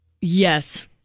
Yes